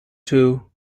two